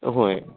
ꯑꯍꯣꯏ